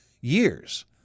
years